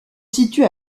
situe